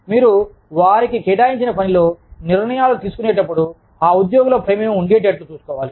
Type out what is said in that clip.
మీరు వారికి కేటాయించిన పనిలో నిర్ణయాలు తీసుకునేటప్పుడు ఆ ఉద్యోగుల ప్రమేయం ఉండేటట్లు చూసుకోవాలి